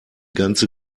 ganze